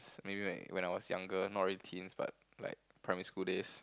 maybe like when I was younger not really teens but like primary school days